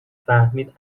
فهمید